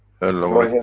hello rick?